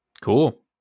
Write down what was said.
cool